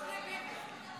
איך ביבי קשור לזה?